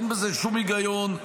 אין בזה שום היגיון.